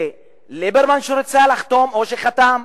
זה ליברמן שרצה לחתום או שחתם?